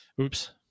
Oops